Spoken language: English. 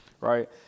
right